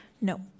No